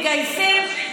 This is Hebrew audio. שיתגייסו.